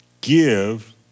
give